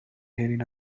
heading